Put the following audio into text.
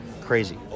crazy